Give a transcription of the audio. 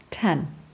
Ten